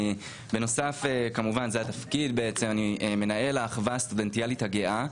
בנוסף זה התפקיד אני מנהל האחווה הסטודנטיאלית הגאה.